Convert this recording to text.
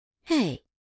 Hey